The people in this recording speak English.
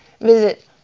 visit